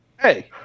hey